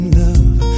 love